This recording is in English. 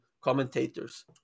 commentators